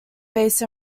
base